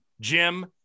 Jim